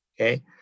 okay